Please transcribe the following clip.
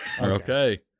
Okay